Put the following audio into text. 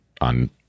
on